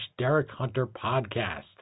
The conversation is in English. DerekHunterPodcast